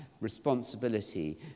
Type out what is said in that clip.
Responsibility